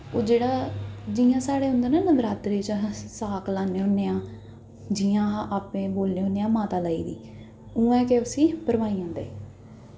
ओह् साढ़ै जि'यां होदा ना नवरात्रें च सांख रहानें होन्ने आं जि'यां आपै बोलने होन्ने आं माता लाई दी उ'आं गै उस्सी भरवाई आंदे